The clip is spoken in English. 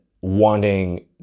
wanting